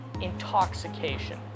intoxication